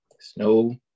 snow